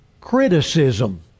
criticism